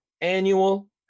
annual